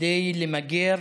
כדי למגר